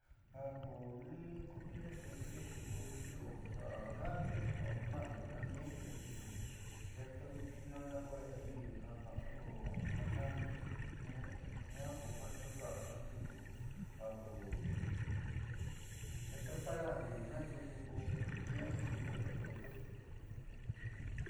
ja in comida xeexina tiuku ja rapido ja ka'ando ja ndi'ido tiuku xeejndo in xiinana kue'e ndi'i ja ka'ando marchante jiaa ku kuukajna tiuku ku ja ku xe prepararna tiuku jiani xeejna tiuku.